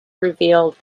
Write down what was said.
revealed